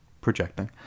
projecting